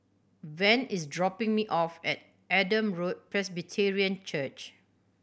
Van is dropping me off at Adam Road Presbyterian Church